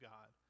God